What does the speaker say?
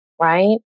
right